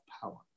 power